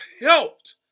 helped